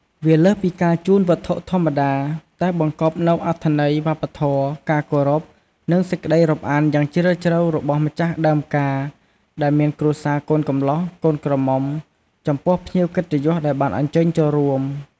វាលើសពីការជូនវត្ថុធម្មតា តែបង្កប់នូវអត្ថន័យ វប្បធម៌ ការគោរព និងសេចក្តីរាប់អានយ៉ាងជ្រាលជ្រៅរបស់ម្ចាស់ដើមការ ដែលមានគ្រួសារកូនកំលោះ កូនក្រមុំ ចំពោះភ្ញៀវកិត្តិយសដែលបានអញ្ជើញចូលរួម។